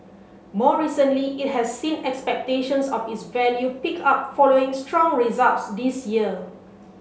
more recently it has seen expectations of its value pick up following strong results this year